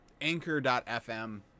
anchor.fm